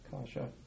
Kasha